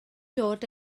dod